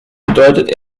bedeutet